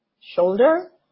shoulder